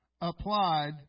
applied